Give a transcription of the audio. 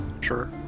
Sure